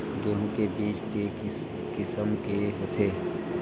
गेहूं के बीज के किसम के होथे?